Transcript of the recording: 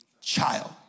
child